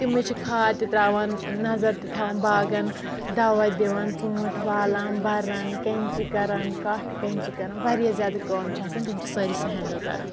تِمٕے چھِ کھاد تہِ ترٛاوان نَظر تہِ تھاوان باغَن دَوا دِوان ژوٗنٛٹھۍ والان بَران کینچی کَران کاٹھٕ کینچی کَران واریاہ زیادٕ کٲم چھ آسان تِم چھِ سٲرٕے سۄ ہؠنٛڈٕل کَران